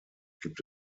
gibt